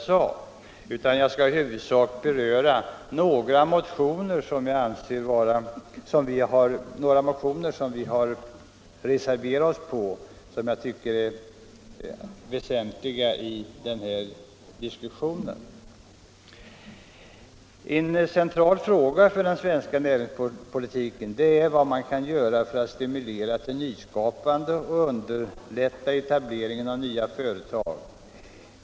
Jag skall i stället i huvudsak beröra några motioner som vi har reserverat oss för och som jag tycker är väsentliga. En central fråga för den svenska näringspolitiken är vad som kan göras för att stimulera till nyskapande och underlätta etableringen av nya företag.